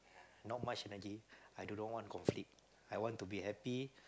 not much energy I do not want conflict I want to be happy